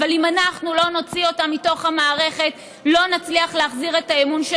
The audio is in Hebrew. ואם אנחנו לא נוציא אותם מתוך המערכת לא נצליח להחזיר את האמון של